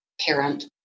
parent